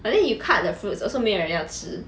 I then you cut the fruits also 没有人要吃